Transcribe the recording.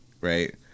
right